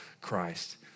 Christ